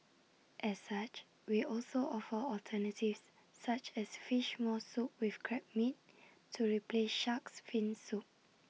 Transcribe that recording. as such we also offer alternatives such as Fish Maw Soup with Crab meat to replace Shark's fin soup